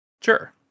Sure